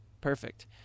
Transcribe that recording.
Perfect